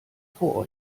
vor